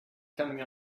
coming